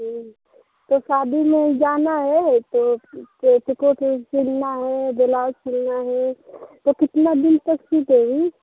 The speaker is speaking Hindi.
तो शादी में जाना है तो पेटीकोट उट सिलना है ब्लाउज सिलना है तो कितना दिन तक सी देंगी